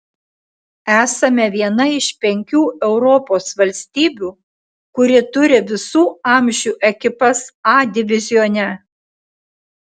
esame viena iš penkių europos valstybių kuri turi visų amžių ekipas a divizione